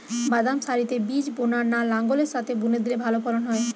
বাদাম সারিতে বীজ বোনা না লাঙ্গলের সাথে বুনে দিলে ভালো ফলন হয়?